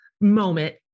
moment